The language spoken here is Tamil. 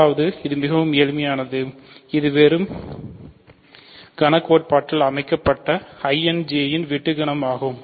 முதலாவது இது மிகவும் எளிமையானது இது வெறும் கண கோட்பாட்டில் அமைக்கப்பட்ட I J இன் வெட்டு கணம் ஆகும்